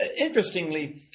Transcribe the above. Interestingly